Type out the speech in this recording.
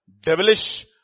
devilish